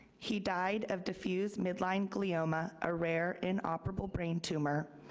he died of diffused midline glioma, a rare inoperable brain tumor,